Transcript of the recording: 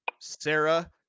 Sarah